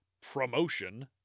promotion